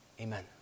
Amen